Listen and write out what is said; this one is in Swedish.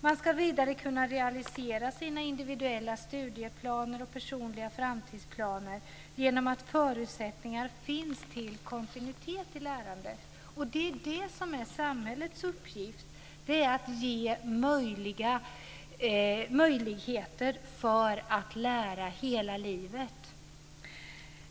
Man ska vidare kunna realisera sina individuella studieplaner och personliga framtidsplaner genom att förutsättningar för kontinuitet finns i lärandet. Det som är samhällets uppgift är att ge möjligheter att lära hela livet.